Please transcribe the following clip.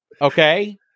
Okay